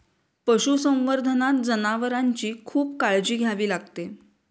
पशुसंवर्धनात जनावरांची खूप काळजी घ्यावी लागते